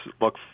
look